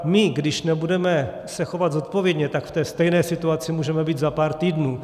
My, když nebudeme se chovat zodpovědně, tak v té stejné situaci můžeme být za pár týdnů.